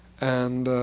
and